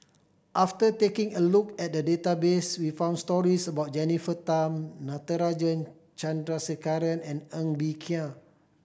after taking a look at the database we found stories about Jennifer Tham Natarajan Chandrasekaran and Ng Bee Kia